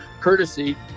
courtesy